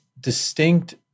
distinct